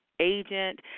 agent